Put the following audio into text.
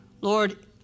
Lord